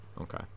Okay